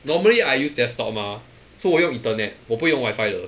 normally I use desktop mah so 我用 internet 我不用 wifi 的